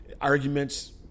Arguments